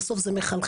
בסוף זה מחלחל,